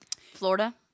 Florida